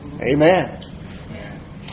Amen